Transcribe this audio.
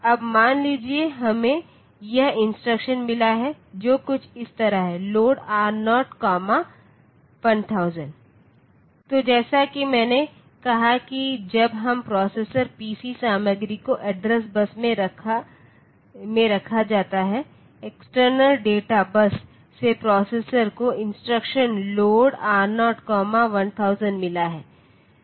अब मान लीजिए हमें एक इंस्ट्रक्शन मिला है जो कुछ इस तरह है load R0 1000 तो जैसा कि मैंने कहा कि जब इस प्रोसेसर पीसी सामग्री को एड्रेस बस में रखा जाता है एक्सटर्नल डेटा बस से प्रोसेसर को इंस्ट्रक्शन load R0 1000 मिला है